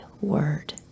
Word